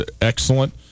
Excellent